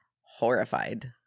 horrified